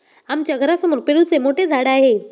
आमच्या घरासमोर पेरूचे मोठे झाड आहे